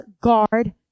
guard